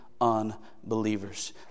unbelievers